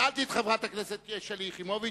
שאלתי את חברת הכנסת שלי יחימוביץ,